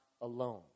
alone